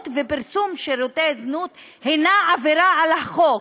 ופרסום שירותי זנות הם עבירה על החוק,